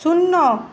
শূন্য